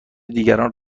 دیگران